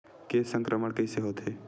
के संक्रमण कइसे होथे?